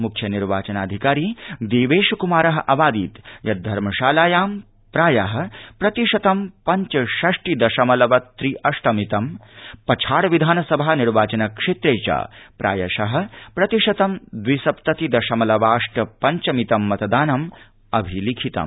मुख्य निर्वाचनाधिकारी देवेश कुमार अवादीत् यत् धर्मशालायां प्राय प्रतिशतं पञ्चषष्टि दशमलव त्रि अष्ट मितं पछाड़ विधानसभा निर्वाचनक्षेत्रे च प्रायश प्रतिशतं द्विसप्तति दशमलवाष्ट पञ्च मितं मतदानम् अभिलिखितम्